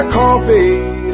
coffee